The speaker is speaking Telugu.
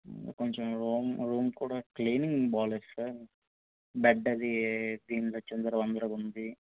కొంచెం రూమ్ రూమ్ కుడా క్లీనింగ్ బాలేదు సార్ బెడ్ అది చిందరవందరగా ఉంది